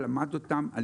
זה חלק